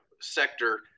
sector